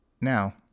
now